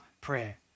prayer